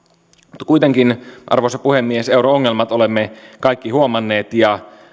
mutta kuitenkin arvoisa puhemies euron ongelmat olemme kaikki huomanneet ja